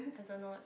I don't know what's